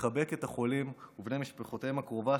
לחבק את החולים ובני משפחתם הקרובה,